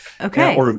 Okay